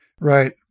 Right